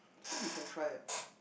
actually we can try ah